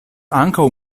ankaŭ